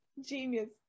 Genius